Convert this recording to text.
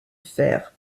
fer